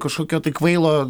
kažkokio tai kvailo